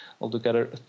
altogether